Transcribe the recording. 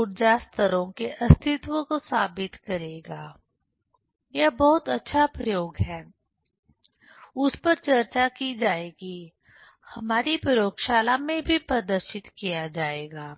ऊर्जा स्तरों के अस्तित्व को साबित करेगा यह बहुत अच्छा प्रयोग है उस पर चर्चा की जाएगी हमारी प्रयोगशाला में भी प्रदर्शित किया जाएगा